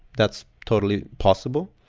that's totally possible.